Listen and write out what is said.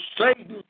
Satan